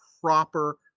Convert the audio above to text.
proper